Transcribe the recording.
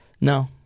No